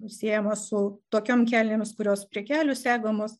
siejama su tokiom kelnėmis kurios prie kelnių segamos